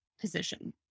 position